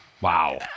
Wow